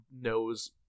knows